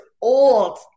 old